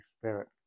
Spirit